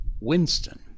Winston